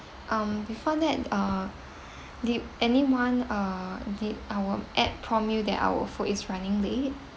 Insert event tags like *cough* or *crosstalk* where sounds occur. um before that uh *breath* did anyone uh did our app prompt you that our food is running late